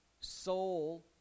soul